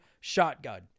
shotgun